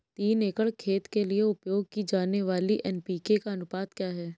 तीन एकड़ खेत के लिए उपयोग की जाने वाली एन.पी.के का अनुपात क्या है?